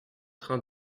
train